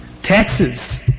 taxes